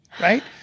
Right